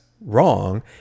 wrong